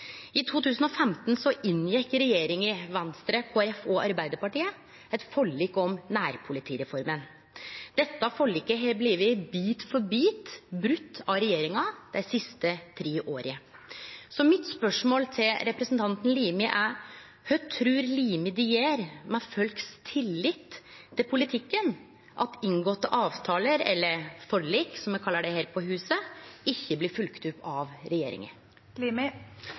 I 2015 inngjekk regjeringa, Venstre, Kristeleg Folkeparti og Arbeidarpartiet eit forlik om nærpolitireforma. Dette forliket har bit for bit blitt brote av regjeringa dei siste tre åra. Spørsmålet mitt til representanten Limi er: Kva trur Limi det gjer med folks tillit til politikken at inngåtte avtaler – eller forlik, som ein kallar det her i huset – ikkje blir følgde opp av regjeringa?